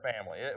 family